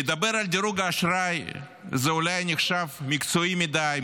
לדבר על דירוג האשראי זה אולי נחשב מקצועי מדי,